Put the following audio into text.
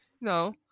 No